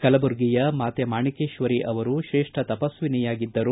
ಕಲಬುರ್ಗಿಯ ಮಾತೆ ಮಾಣೇಕೇಶ್ವರಿ ಅವರು ಶ್ರೇಷ್ಠ ತಪ್ವಿನಿಯಾಗಿದ್ದರು